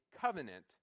covenant